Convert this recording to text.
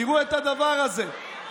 תראו את הדבר הזה.